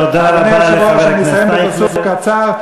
תודה רבה לחבר הכנסת אייכלר.